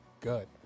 good